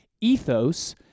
ethos